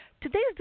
Today's